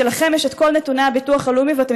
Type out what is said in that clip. שלכם יש את כל נתוני הביטוח הלאומי ואתם